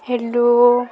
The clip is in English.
hello